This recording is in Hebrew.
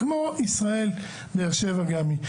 כמו ישראל, באר שבע גם היא.